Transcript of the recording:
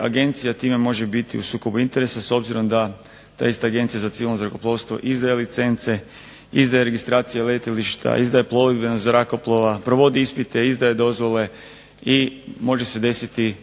agencija time može biti u sukobu interesa s obzirom da ta ista agencija za civilno zrakoplovstvo izdaje licence, izdaje registracije letilišta, izdaje plovidbenost zrakoplova, provodi ispite, izdaje dozvole i može se desiti